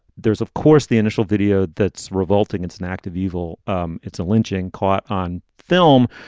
there's, of course, the initial video that's revolting. it's an act of evil. um it's a lynching caught on film,